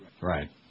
Right